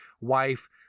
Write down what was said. wife